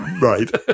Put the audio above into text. Right